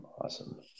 Awesome